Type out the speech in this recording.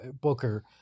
Booker